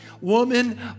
woman